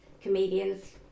comedians